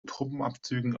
truppenabzügen